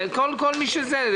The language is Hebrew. כל מי שזקוק,